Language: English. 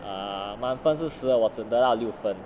err 满分是十二我只得到六分